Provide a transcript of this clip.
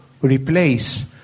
replace